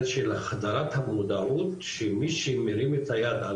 זה החדרת המודעות שמי שמרים את היד,